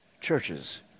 Churches